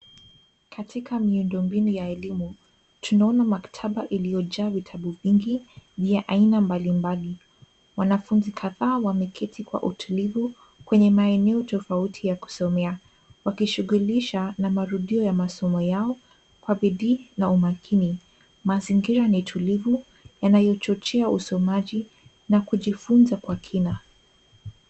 Katika miundombinu ya elimu tunaona maktaba iliyo jaa vitabu vingi vya aina mbalimbali. Wanafunzi kadhaa wameketi kwa utulivu kwenye maeneo tofauti ya kusomea wakishughulisha na marudio ya masomo yao kwa bidii na umakini. Mazingira ni tulivu yanayochochea usomaji na kujifunza kwa kina.